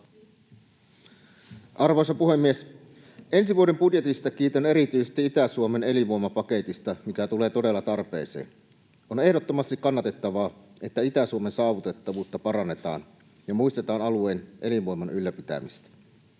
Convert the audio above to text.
Arvoisa puhemies! Ensi vuoden budjetissa kiitän erityisesti Itä-Suomen elinvoimapaketista, mikä tulee todella tarpeeseen. On ehdottomasti kannatettavaa, että Itä-Suomen saavutettavuutta parannetaan ja muistetaan alueen elinvoiman ylläpitämistä.